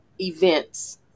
events